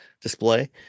display